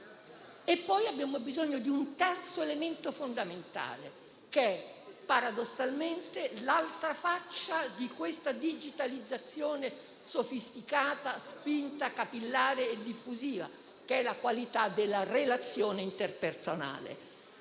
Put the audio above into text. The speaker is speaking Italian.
Poi, abbiamo bisogno di un terzo elemento fondamentale che è, paradossalmente, l'altra faccia di questa digitalizzazione sofisticata, spinta capillare e diffusiva, che è la qualità della relazione interpersonale.